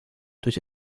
durch